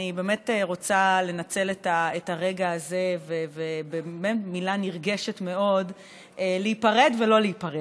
אני רוצה לנצל את הרגע הזה ובמילה נרגשת מאוד להיפרד ולא להיפרד,